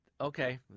Okay